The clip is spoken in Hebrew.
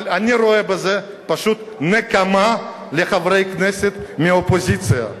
אבל אני רואה בזה פשוט נקמה בחברי כנסת מהאופוזיציה.